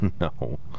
no